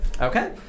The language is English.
Okay